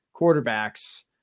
quarterbacks